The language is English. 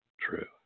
true